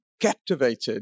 captivated